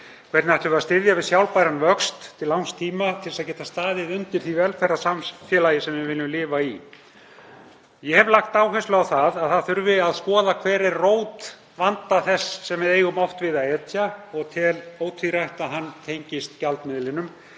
Hvernig ætlum við að styðja við sjálfbæran vöxt til langs tíma til að geta staðið undir því velferðarsamfélagi sem við viljum lifa í? Ég hef lagt áherslu á að það þurfi að skoða hver sé rót vanda þess sem við eigum oft við að etja og tel ótvírætt að hann tengist gjaldmiðlinum,